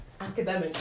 academic